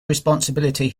responsibility